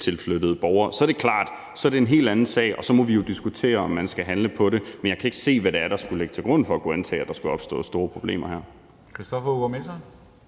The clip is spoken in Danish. tilflyttede borgere, er det klart, at det er en helt anden sag, og så må vi jo diskutere, om man skal handle på det. Men jeg kan ikke se, hvad det er, der skulle ligge til grund for at kunne antage, at der skulle opstå store problemer her.